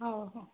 ହଉ